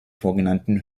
vorgenannten